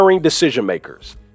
decision-makers